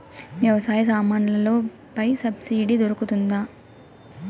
వ్యవసాయ సామాన్లలో పై సబ్సిడి దొరుకుతుందా?